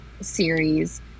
series